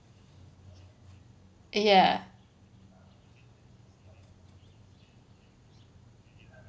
ya